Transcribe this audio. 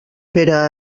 pere